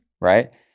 right